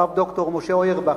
הרב ד"ר משה אוירבך.